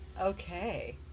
Okay